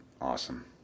Awesome